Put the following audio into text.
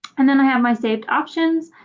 and then i have my saved options